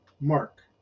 Mark